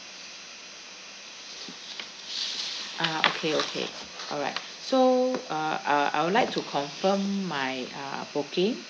ah okay okay alright so uh uh I'd like to confirm my uh booking